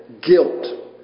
Guilt